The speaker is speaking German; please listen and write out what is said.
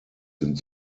sind